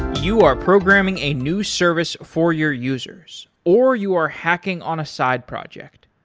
you are programming a new service for your users, or you are hacking on a side project.